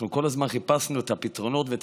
אנחנו כל הזמן חיפשנו את הפתרונות ואת